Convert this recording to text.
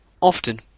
Often